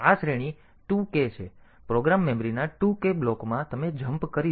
તેથી આ શ્રેણી 2 k છે પ્રોગ્રામ મેમરીના 2 k બ્લોકમાં તમે જમ્પ કરી શકો છો